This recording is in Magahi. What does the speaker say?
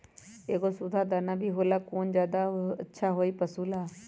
एगो सुधा दाना भी होला कौन ज्यादा अच्छा होई पशु ला?